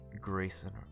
Grayson